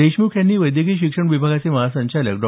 देशमुख यांनी वैद्यकीय शिक्षण विभागाचे महासंचालक डॉ